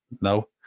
No